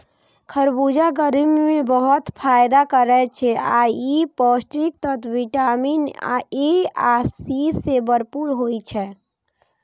खरबूजा गर्मी मे बहुत फायदा करै छै आ ई पौष्टिक तत्व विटामिन ए आ सी सं भरपूर होइ छै